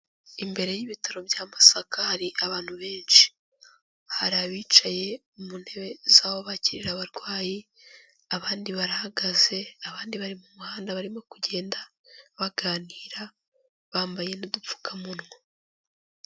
Imbere y'ibitaro bya Masaka hari abantu benshi, hari abicaye mu ntebe z'aho bakirira abarwayi, abandi barahagaze, abandi bari mu muhanda barimo kugenda baganira bambaye n'udupfukamunwa.